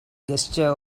gesture